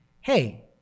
Hey